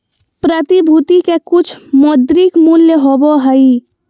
प्रतिभूति के कुछ मौद्रिक मूल्य होबो हइ